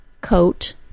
Coat